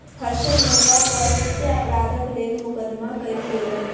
हर्षद मेहता पर वित्तीय अपराधक लेल मुकदमा कयल गेलैन